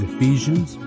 Ephesians